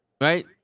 Right